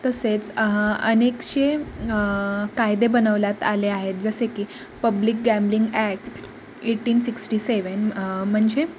तसेच अनेक असे कायदे बनवण्यात आले आहेत जसे की public gambling act eighteen sixty seven म्हणजे